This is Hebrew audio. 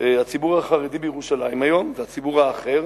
הציבור החרדי בירושלים היום והציבור האחר